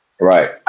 Right